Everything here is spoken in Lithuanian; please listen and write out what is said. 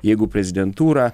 jeigu prezidentūra